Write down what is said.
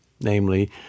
namely